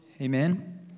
Amen